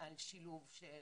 על שילוב של